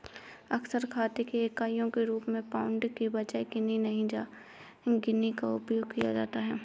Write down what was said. अक्सर खाते की इकाइयों के रूप में पाउंड के बजाय गिनी का उपयोग किया जाता है